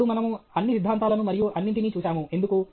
ఇప్పుడు మనము అన్ని సిద్ధాంతాలను మరియు అన్నింటినీ చూశాము ఎందుకు